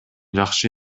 жакшы